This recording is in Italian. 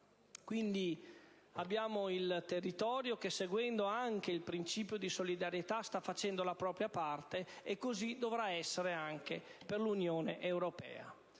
Quindi, abbiamo il territorio che, seguendo anche il principio di solidarietà, sta facendo la propria parte, e così dovrà essere anche per l'Unione europea.